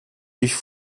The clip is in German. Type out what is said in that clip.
dich